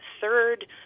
third